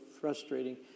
frustrating